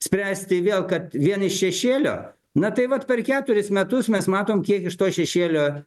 spręsti vėl kad vien iš šešėlio na tai vat per keturis metus mes matom kiek iš to šešėlio